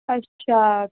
अच्छा